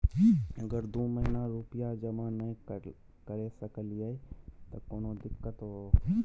अगर दू महीना रुपिया जमा नय करे सकलियै त कोनो दिक्कतों?